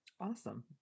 Awesome